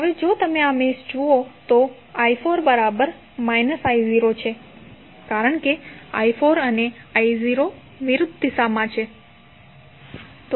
હવે જો તમે આ મેશ જુઓ તો i4 I0 છે કારણ કેi4 અને I0 વિરુદ્ધ દિશામાં છે